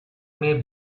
may